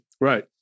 Right